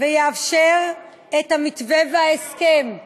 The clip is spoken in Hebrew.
ויאפשר את המתווה וההסכם.